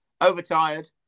overtired